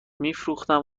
میفروختم